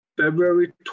February